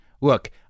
Look